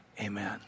Amen